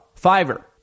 Fiverr